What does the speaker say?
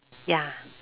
ya